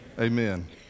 Amen